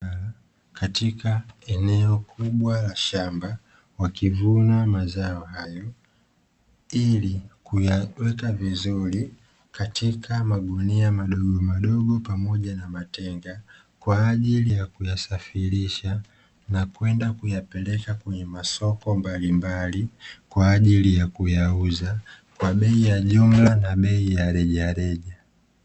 Katika eneo kubwa la shamba wakivuna mazao hayo ili kuyaweka vizuri katika magunia madogomadogo pamoja na matega, kwa ajili ya kuyasafirisha na kwenda kuyapeleka kwenye masoko mbalimbali kwa ajili ya kuyauza kwa bei ya jumla na bei ya rejareja.